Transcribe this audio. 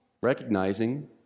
recognizing